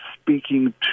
speaking